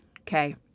Okay